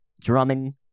drumming